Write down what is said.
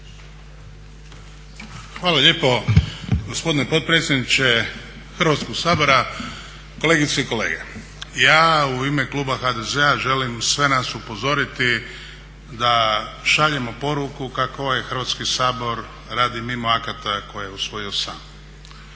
Hvala lijepo gospodine potpredsjedniče Hrvatskog sabora. Kolegice i kolege. Ja u ime kluba HDZ-a želim sve nas upozoriti da šaljemo poruku kako ovaj Hrvatski sabor radi mimo akata koje je usvojio sam.